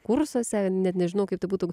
kursuose net nežinau kaip tu būtum